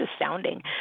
astounding